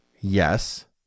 Yes